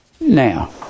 Now